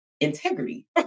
integrity